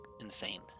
insane